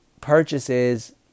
purchases